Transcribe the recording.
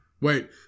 Wait